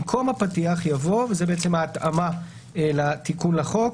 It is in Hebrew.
במקום הפתיח יבוא: וזה בעצם ההתאמה לתיקון לחוק.